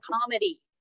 comedy